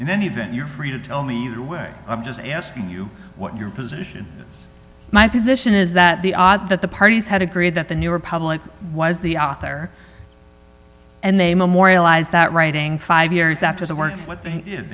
in any event you're free to tell me the way i'm just asking you what your position my position is that the odds that the parties had agreed that the new republic why is the author and they memorialize that writing five years after the words what they